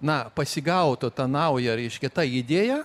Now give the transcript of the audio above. na pasigautų tą naują reiškia tą idėją